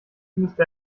müsste